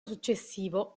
successivo